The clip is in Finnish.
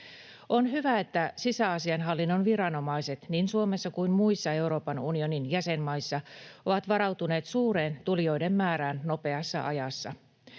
On hyvä, että sisäasiainhallinnon viranomaiset niin Suomessa kuin muissa Euroopan unionin jäsenmaissa ovat varautuneet suureen tulijoiden määrään nopeassa ajassa.